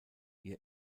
ihr